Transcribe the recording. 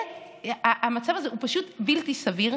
המצב הזה הוא פשוט בלתי סביר.